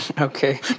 okay